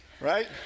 right